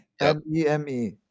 M-E-M-E